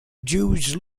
jewish